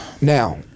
Now